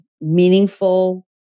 meaningful